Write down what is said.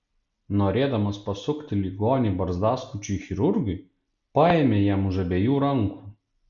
norėdamas pasukti ligonį barzdaskučiui chirurgui paėmė jam už abiejų rankų